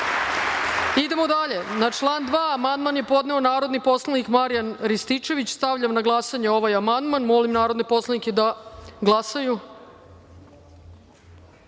dalje. Na član 2. amandman je podneo narodni poslanik Marijan Rističević. Stavljam na glasanje ovaj amandman. Molim narodne poslanike da